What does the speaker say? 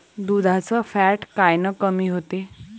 दुधाचं फॅट कायनं कमी होते?